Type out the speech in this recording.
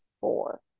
four